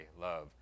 love